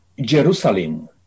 Jerusalem